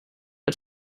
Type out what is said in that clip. but